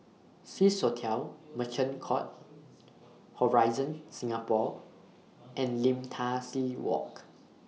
Swissotel Merchant Court Horizon Singapore and Lim Tai See Walk